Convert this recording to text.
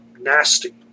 nasty